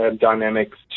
Dynamics